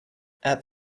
add